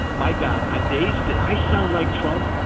my god, on days did i sound like trump?